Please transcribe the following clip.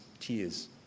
tears